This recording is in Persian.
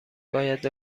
باید